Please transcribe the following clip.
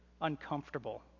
uncomfortable